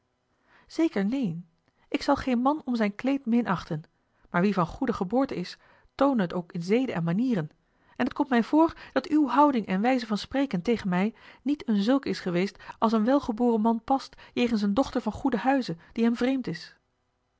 zekerlijk neen ik zal geen man om zijn kleed minachten maar wie van goede geboorte is toone het ook in zeden en manieren en het komt mij voor dat uwe houding en wijze van spreken tegen mij niet eene zulke is geweest als een welgeboren man past jegens eene dochter van goeden huize die hem vreemde is